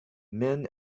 men